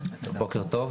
בוקר טוב.